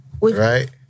Right